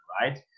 right